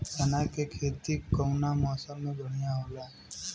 चना के खेती कउना मौसम मे बढ़ियां होला?